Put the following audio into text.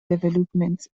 developments